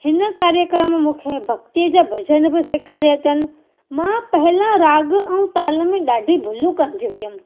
हिन कार्यक्रम में मूंखे भक्तीअ जा भॼन बि सेखारिया अथनि मां पहिलां राग ऐं ताल में ॾाढी भुलूं कंदी हुयमि